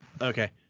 okay